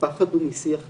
הפחד הוא משיח טוקסי,